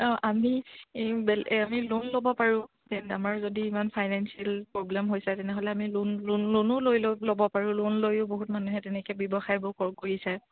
অঁ আমি এই বে আমি লোন ল'ব পাৰোঁ আমাৰ যদি ইমান ফাইনেন্সিয়েল প্ৰব্লেম হৈছে তেনেহ'লে আমি লোন লোন লোনো লৈ লৈ ল'ব পাৰোঁ লোন লৈয়ো বহুত মানুহে তেনেকৈ ব্যৱসায়বোৰ কৰ কৰিছে